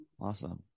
Awesome